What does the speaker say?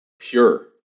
pure